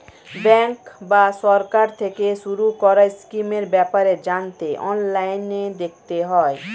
bank বা সরকার থেকে শুরু করা স্কিমের ব্যাপারে জানতে অনলাইনে দেখতে হয়